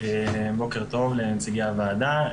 טוב לנציגי הוועדה.